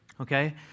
okay